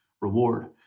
reward